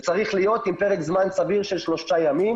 זה צריך להיות עם פרק זמן סביר של שלושה ימים